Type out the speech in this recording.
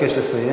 אני מבקש לסיים.